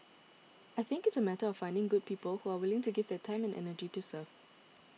I think it's a matter of finding good people who are willing to give their time and energy to serve